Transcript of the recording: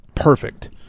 perfect